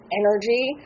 energy